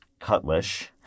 Cutlish